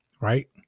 right